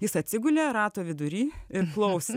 jis atsigulė rato vidury ir klauso